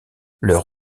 leur